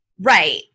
Right